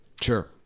Sure